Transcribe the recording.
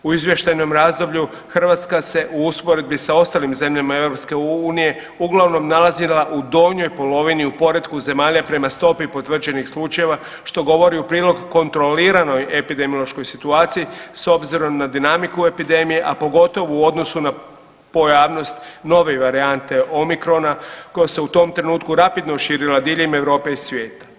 U izvještajnom razdoblju Hrvatska se u usporedbi sa ostalim zemljama EU uglavnom nalazila u donjoj polovini u poretku zemalja prema stopi potvrđenih slučajeva, što govori u prilog kontroliranoj epidemiološkoj situaciji, s obzirom na dinamiku epidemije, a pogotovo u odnosu na pojavnost nove varijante omikrona koja se u tom trenutku rapidno širila diljem Europe i svijeta.